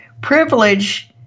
privilege